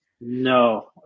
No